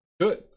Good